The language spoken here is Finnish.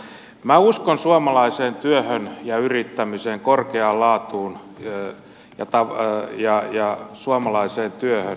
minä uskon suomalaiseen työhön ja yrittämiseen korkeaan laatuun ja suomalaiseen työhön